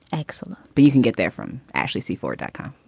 excellent, but you can get there from actually see for dacca.